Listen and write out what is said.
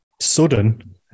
sudden